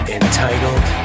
entitled